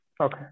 Okay